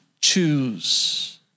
choose